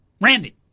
Randy